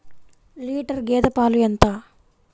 Litre గేదె పాలు ఎంత?